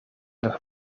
nog